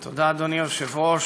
תודה, אדוני היושב-ראש.